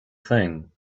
thing